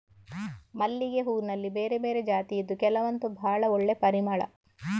ಮಲ್ಲಿಗೆ ಹೂನಲ್ಲಿ ಬೇರೆ ಬೇರೆ ಜಾತಿ ಇದ್ದು ಕೆಲವಂತೂ ಭಾಳ ಒಳ್ಳೆ ಪರಿಮಳ